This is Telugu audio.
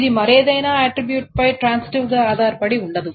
ఇది మరేదైనా ఆట్రిబ్యూట్ పై ట్రాన్సిటివ్ గా ఆధారపడి ఉండదు